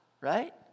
right